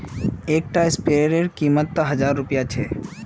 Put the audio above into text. एक टा स्पीयर रे कीमत त हजार रुपया छे